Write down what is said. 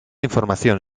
información